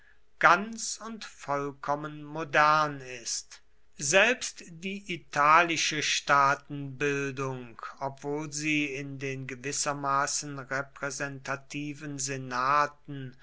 ganz und vollkommen modern ist selbst die italische staatenbildung obwohl sie in den gewissermaßen repräsentativen senaten